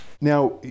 Now